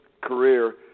career